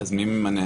אז מי ממנה?